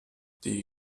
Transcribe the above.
die